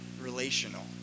relational